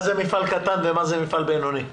מה זה מפעל קטן ומה זה מפעל בינוני?